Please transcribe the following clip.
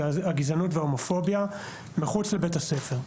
הגזענות וההומופוביה מחוץ לבתי הספר.